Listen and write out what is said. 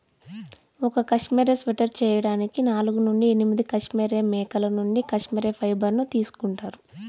ఒక cashmere sweater చేయడానికి నాలుగు నుండి ఎనిమిది కష్మెరె మేకల నుండి కష్మెరె ఫైబర్ ను తీసుకుంటారు